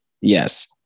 Yes